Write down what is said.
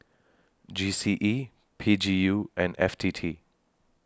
G C E P G U and F T T